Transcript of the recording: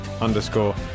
underscore